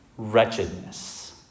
wretchedness